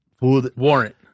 warrant